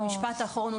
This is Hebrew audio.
במשפט האחרון,